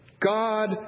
God